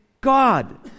God